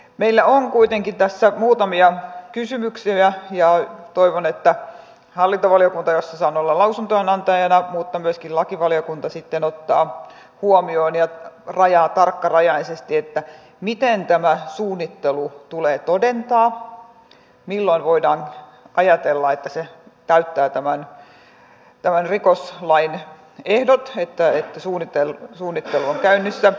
meillä on kuitenkin tässä muutamia kysymyksiä ja toivon että hallintovaliokunta jossa saan olla lausuntojen antajana mutta myöskin lakivaliokunta sitten ottavat huomioon ja rajaavat tarkkarajaisesti miten tämä suunnittelu tulee todentaa milloin voidaan ajatella että se täyttää tämän rikoslain ehdot että suunnittelu on käynnissä